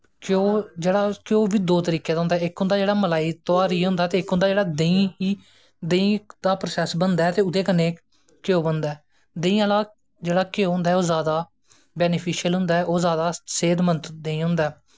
ते घ्यो बी दो तरीके दा होंदा ऐ इक होंदा ऐ मलाई तोहारियै होंदा ते इख होंदा जेह्ड़ा देहीं दा प्रासैस बनदा ऐ ते ओह्दे कन्नैं घ्यो बनदा ऐ देंही आह्ला ओह् जादा बैनिफिशल होंदा ऐ ओह् जादा सेह्तमंद देंही होंदा